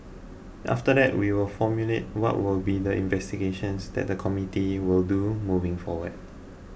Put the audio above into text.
after that we will formulate what will be the investigations that the committee will do moving forward